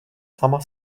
sama